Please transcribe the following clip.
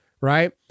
right